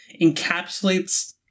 encapsulates